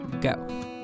go